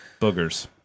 Boogers